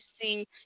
see